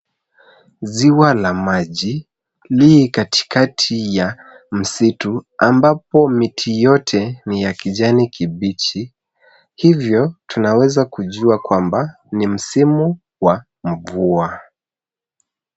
Ziwa la maji li katikati ya msitu ambapo miti yote ni ya kijani kibichi, hivyo tunaweza kujua kwamba ni msimu wa mvua.